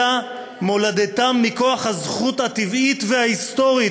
אלא מולדתם מכוח הזכות הטבעית וההיסטורית,